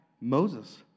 Moses